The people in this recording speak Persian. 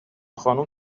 خانوم